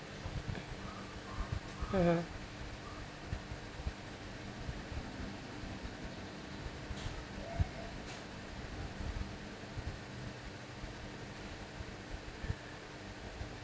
(uh huh)